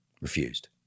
Refused